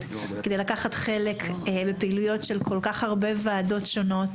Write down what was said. כדי לקחת חלק בפעילויות של כל כך הרבה ועדות שונות,